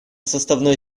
составной